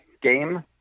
game